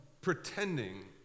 pretending